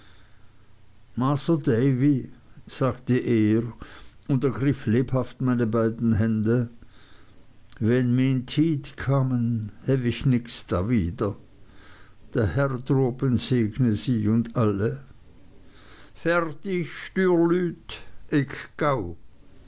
sagte er und ergriff lebhaft meine beiden hände wenn mien tied kamen hew ick nix dawider der herr droben segne sie und alle fertig